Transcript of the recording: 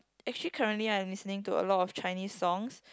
actually currently I'm listening to a lot of Chinese songs